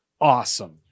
awesome